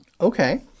Okay